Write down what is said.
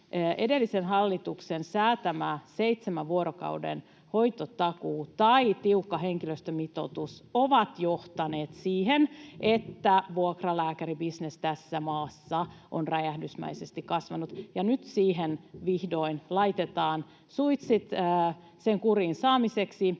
edellisen hallituksen säätämä seitsemän vuorokauden hoitotakuu tai tiukka henkilöstömitoitus ovat johtaneet siihen, että vuokralääkäribisnes tässä maassa on räjähdysmäisesti kasvanut. Nyt vihdoin laitetaan suitset sen kuriin saamiseksi,